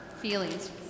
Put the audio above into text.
feelings